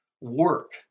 work